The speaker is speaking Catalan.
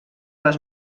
les